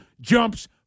jumps